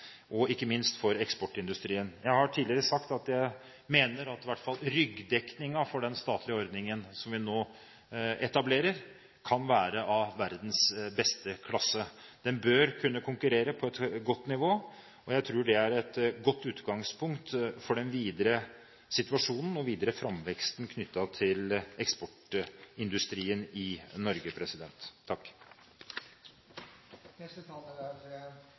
og ikke minst for eksportindustrien. Jeg har tidligere sagt at jeg mener at i hvert fall ryggdekningen for den statlige ordningen som vi nå etablerer, kan være av verdens beste klasse. Den bør kunne konkurrere på et godt nivå, og jeg tror det er et godt utgangspunkt for den videre situasjonen og den videre framveksten knyttet til eksportindustrien i Norge.